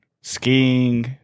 skiing